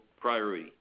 priority